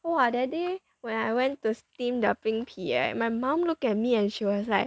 !wah! that day when I went to steam the 冰皮 right my mum look at me and she was like